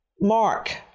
Mark